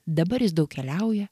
dabar jis daug keliauja